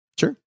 Sure